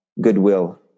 goodwill